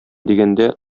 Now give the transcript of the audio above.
дигәндә